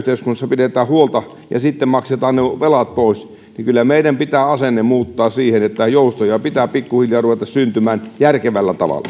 pidetään huolta ja maksetaan velat pois kyllä meidän pitää asenne muuttaa niin että joustoja pitää pikkuhiljaa ruveta syntymään järkevällä tavalla